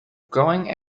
growing